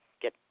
get